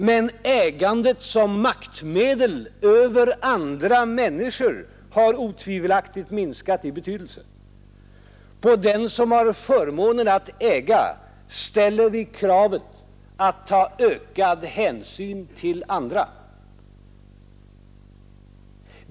Men ägandet som maktmedel över andra människor har otvivelaktigt minskat i betydelse. På den som har förmånen att äga ställer vi kravet att ta ökad hänsyn till andra.